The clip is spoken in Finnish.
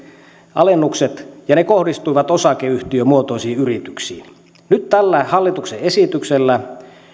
alennukset ja ne kohdistuivat osakeyhtiömuotoisiin yrityksiin niin nyt tällä hallituksen esityksellä